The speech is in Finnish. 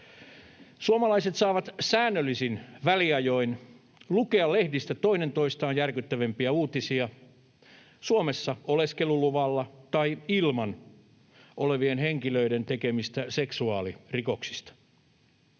Suomalaiset saavat säännöllisin väliajoin lukea lehdistä toinen toistaan järkyttävämpiä uutisia Suomessa oleskeluluvalla tai ilman olevien henkilöiden tekemistä seksuaalirikoksista.